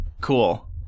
Cool